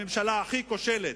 הממשלה הכי כושלת,